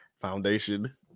Foundation